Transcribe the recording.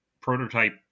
prototype